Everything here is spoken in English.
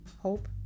hope